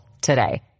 today